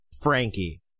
Frankie